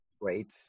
great